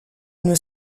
une